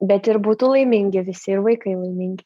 bet ir būtų laimingi visi ir vaikai laimingi